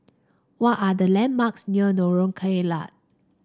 what are the landmarks near Lorong Kilat